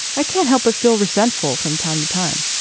i can't help but feel resentful from time to time.